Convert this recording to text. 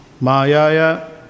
Mayaya